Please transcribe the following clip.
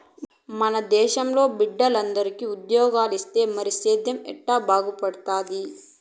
మన దేశంలో బిడ్డలందరూ ఉజ్జోగాలిస్తే మరి సేద్దెం ఎట్టా బతుకుతాది